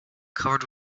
covered